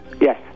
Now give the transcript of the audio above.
Yes